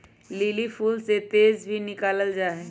lily फूल से तेल भी निकाला जाहई